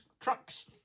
trucks